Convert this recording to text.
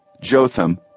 Jotham